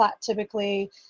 typically